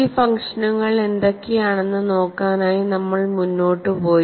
ഈ ഫംഗ്ഷനുകൾ എന്തൊക്കെയാണെന്ന് നോക്കാനായി നമ്മൾ മുന്നോട്ട് പോയി